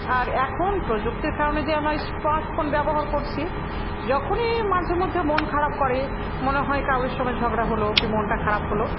আর এখন প্রযুক্তির কারণে যে আমরা স্মার্টফোন ব্যবহার করছি যখনই মাঝে মধ্যে মন খারাপ করে মনে হয় কাউরির সঙ্গে ঝগড়া হলো কি মনটা খারাপ হলো